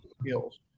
skills